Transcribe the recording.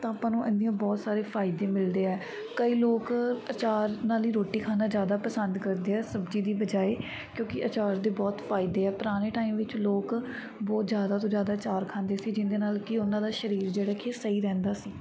ਤਾਂ ਆਪਾਂ ਨੂੰ ਇਸ ਦੀਆਂ ਬਹੁਤ ਸਾਰੇ ਫਾਇਦੇ ਮਿਲਦੇ ਹੈ ਕਈ ਲੋਕ ਅਚਾਰ ਨਾਲ ਹੀ ਰੋਟੀ ਖਾਣਾ ਜ਼ਿਆਦਾ ਪਸੰਦ ਕਰਦੇ ਹੈ ਸਬਜ਼ੀ ਦੀ ਬਜਾਏ ਕਿਉਂਕਿ ਅਚਾਰ ਦੇ ਬਹੁਤ ਫਾਇਦੇ ਹੈ ਪੁਰਾਣੇ ਟਾਈਮ ਵਿੱਚ ਲੋਕ ਬਹੁਤ ਜ਼ਿਆਦਾ ਤੋਂ ਜ਼ਿਆਦਾ ਅਚਾਰ ਖਾਂਦੇ ਸੀ ਜਿਹਦੇ ਨਾਲ ਕਿ ਉਨ੍ਹਾਂ ਦਾ ਸਰੀਰ ਜਿਹੜਾ ਕਿ ਸਹੀ ਰਹਿੰਦਾ ਸੀ